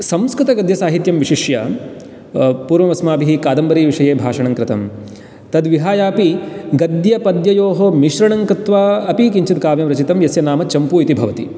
संस्कृतगद्यसाहित्यं विशिष्य पूर्वम् अस्माभिः कादम्बरीविषये भाषणङ्कृतम् तद्विहाय अपि गद्यपद्ययोः मिश्रणङ्कृत्वा अपि किञ्चित् काव्यं रचितं यस्य नाम चम्पू इति भवति